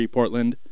Portland